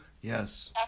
Yes